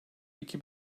iki